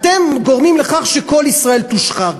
אתם גורמים לכך שכל ישראל תושחר,